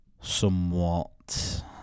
somewhat